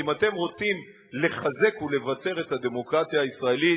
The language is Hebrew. אם אתם רוצים לחזק ולבצר את הדמוקרטיה הישראלית,